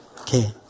okay